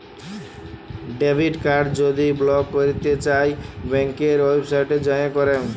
debit card যদি block ক্যইরতে চাই ব্যাংকের ওয়েবসাইটে যাঁয়ে ক্যরে